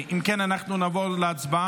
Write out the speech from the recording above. אם כן, אנחנו נעבור להצבעה